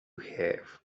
have